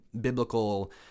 biblical